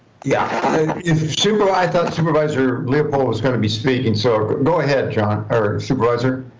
yeah if supervisor supervisor leopold was gonna be speaking, so go ahead john or supervisor